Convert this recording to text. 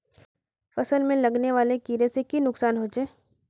फसल में लगने वाले कीड़े से की नुकसान होचे?